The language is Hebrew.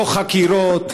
לא חקירות,